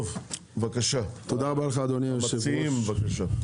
המציעים, בבקשה.